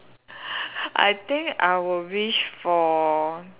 I think I will wish for